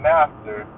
Master